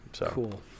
Cool